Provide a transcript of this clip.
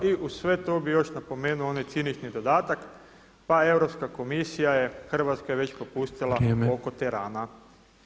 I uz sve tu bi još napomenuo onaj cinični dodatak, pa Europska komisija je Hrvatska je već popustila oko Terana.